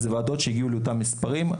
אלו ועדות שהגיעו לאותם מספרים.